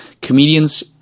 comedians